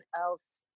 else